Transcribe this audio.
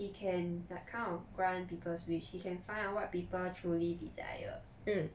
he can like kind of grant peoples wish he can find out what people truly desire